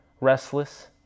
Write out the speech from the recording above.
restless